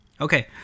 Okay